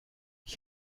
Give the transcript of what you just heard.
ich